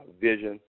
vision